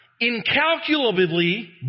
incalculably